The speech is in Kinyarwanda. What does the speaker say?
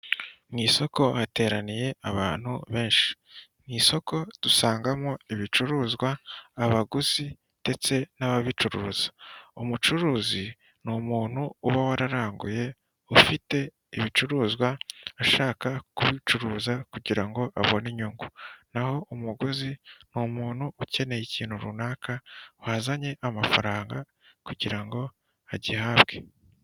Mu isoko hateraniye abantu benshi, mu isoko dusangamo ibicuruzwa abaguzi ndetse n'ababicuruza, umucuruzi ni umuntu uba wararanguye ufite ibicuruzwa ashaka kubicuruza kugira ngo abone inyungu, naho umuguzi ni umuntu ukeneye ikintu runaka wazanye amafaranga kugira ngo agihabwe.